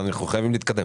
אנחנו חייבים להתקדם.